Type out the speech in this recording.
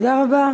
תודה רבה.